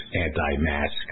anti-mask